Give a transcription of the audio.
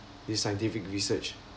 this scientific research